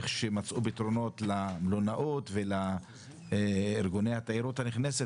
איך שמצאו פתרונות למלונאות ולארגוני התיירות הנכנסת